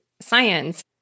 science